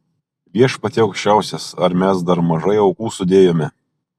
viešpatie aukščiausias ar mes dar mažai aukų sudėjome